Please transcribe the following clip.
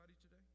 today